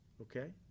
okay